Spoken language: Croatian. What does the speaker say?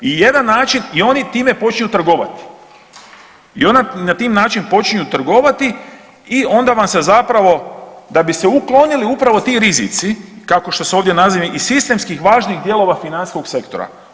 I jedan način i oni time počinju trgovati i oni na taj način počinju trgovati i onda vam se zapravo da bi se uklonili upravo ti rizici kao što se ovdje nazivaju i sistemskih važnih dijelova financijskog sektora.